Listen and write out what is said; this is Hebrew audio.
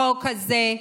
החוק הזה,